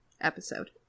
episode